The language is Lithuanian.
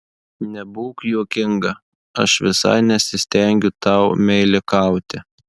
nebūk juokinga aš visai nesistengiu tau meilikauti